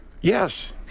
Yes